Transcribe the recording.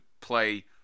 play